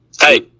hey